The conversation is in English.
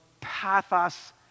pathos